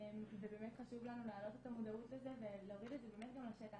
ובאמת חשוב לנו להעלות את המודעות לזה ולהוריד את זה גם לשטח,